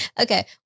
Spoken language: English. Okay